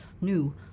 new